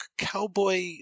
Cowboy